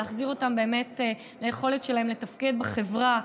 להחזיר את היכולת שלהם לתפקד בחברה,